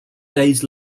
days